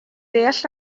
deall